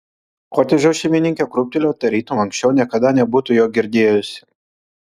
kotedžo šeimininkė krūptelėjo tarytum anksčiau niekada nebūtų jo girdėjusi